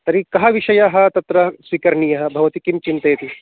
तर्हि कः विषयः तत्र स्वीकरणीयः भवती किं चिन्तयति